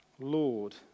Lord